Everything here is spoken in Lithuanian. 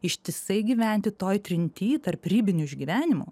ištisai gyventi toj trinty tarp ribinių išgyvenimų